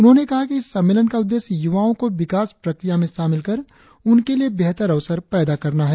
उन्होंने कहा कि इस सम्मेलन का उद्देश्य युवाओं को विकास प्रक्रिया में शामिल कर उनके लिए बेहतर अवसर पैदा कर रहा है